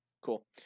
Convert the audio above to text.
Cool